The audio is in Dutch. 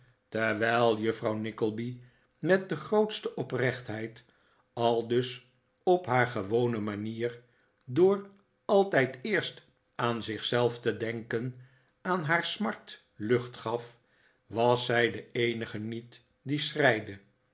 terwijl juffrouw nickleby met de grootste oprechtheid aldus op haar gewone manier door altijd het eerst aan zich zelf te denken aan haar smart lucht gaf was zij de eenige nie t die